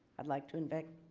i'd like to invite.